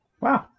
Wow